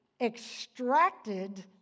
extracted